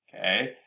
okay